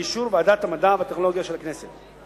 באישור ועדת המדע והטכנולוגיה של הכנסת.